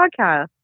podcast